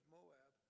Moab